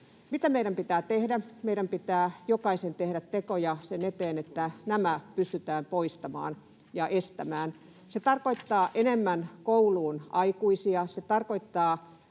Mitä meidän pitää tehdä? Meidän pitää jokaisen tehdä tekoja sen eteen, että nämä pystytään poistamaan ja estämään. Se tarkoittaa enemmän aikuisia kouluun, se tarkoittaa